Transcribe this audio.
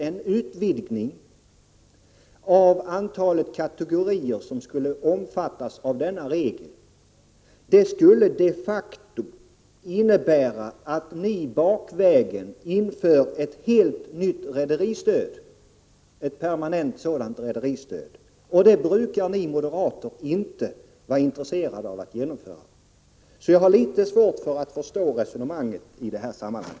En utvidgning av antalet kategorier som skall omfattas av denna regel skulle dessutom, herr talman, de facto innebära att moderaterna bakvägen inför ett helt nytt rederistöd — och ett permanent sådant. Det brukar ni moderater inte vara intresserade av. Jag har därför litet svårt att förstå resonemanget i detta sammanhang.